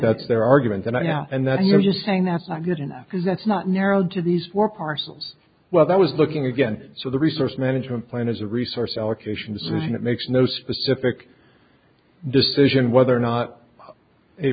that's their argument and i and then you're just saying that's not good enough because that's not narrowed to these four parcels well that was looking again so the resource management plan is a resource allocation decision it makes no specific decision whether or not a